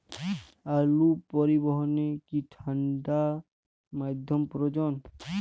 আলু পরিবহনে কি ঠাণ্ডা মাধ্যম প্রয়োজন?